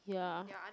ya